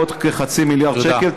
בעוד כחצי מיליארד שקלים.